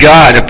God